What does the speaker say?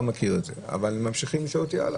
מכיר את זה אבל ממשיכים לשאול אותי הלאה.